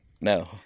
no